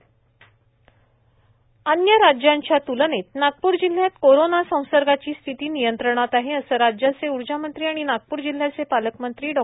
पालकमंत्री राऊत अन्य राज्यांच्या त्लनेत नागप्र जिल्हयात कोरोंना संसर्गाची स्थिति ती नियंत्रणात आहे असे राज्याचे ऊर्जामंत्री आणि नागपूर जिल्हाचे पालकमंत्री डॉ